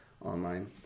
online